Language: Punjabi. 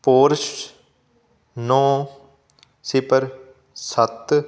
ਫੋਰਸ ਨੌਂ ਸਿਪਰ ਸੱਤ